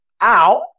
out